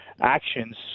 actions